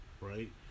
Right